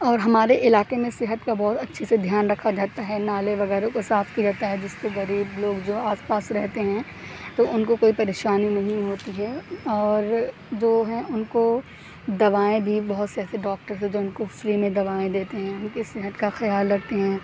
اور ہمارے علاقے میں صحت کا بہت اچھے سے دھیان رکھا جاتا ہے نالے وغیرہ کو صاف کیا جاتا ہے جس سے غریب لوگ جو آس پاس رہتے ہیں تو ان کو کوئی پریشانی نہیں ہوتی ہے اور جو ہیں ان کو دوائیں بھی بہت سے ایسے ڈاکٹرز ہیں جو ان کو فری میں دوائیں دیتے ہیں ان کی صحت کا خیال رکھتے ہیں